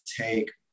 take